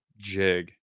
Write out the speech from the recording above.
jig